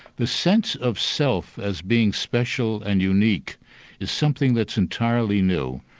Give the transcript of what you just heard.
the sense of self as being special and unique is something that's entirely new,